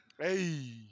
Hey